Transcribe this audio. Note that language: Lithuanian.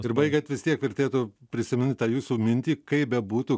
ir baigiant vis tiek vertėtų prisiminti tą jūsų mintį kaip bebūtų